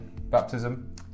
baptism